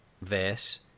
verse